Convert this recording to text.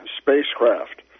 spacecraft